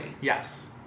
yes